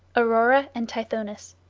aurora and tithonus